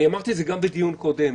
אמרתי את זה גם בדיון קודם.